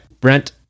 Brent